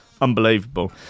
Unbelievable